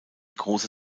große